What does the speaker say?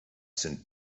sind